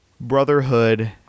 Brotherhood